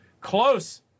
close